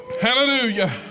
Hallelujah